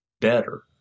better